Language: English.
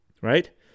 Right